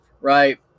Right